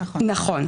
נכון.